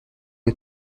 ont